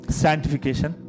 sanctification